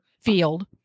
field